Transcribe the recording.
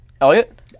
Elliot